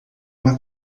uma